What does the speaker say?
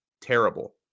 terrible